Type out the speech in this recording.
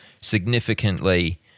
significantly